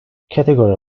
category